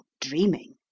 dreaming